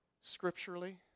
Scripturally